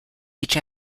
each